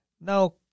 Now